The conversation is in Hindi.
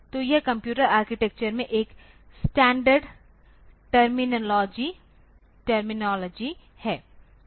तो यह कंप्यूटर आर्किटेक्चर में एक स्टैण्डर्ड टर्मिनोलॉजी है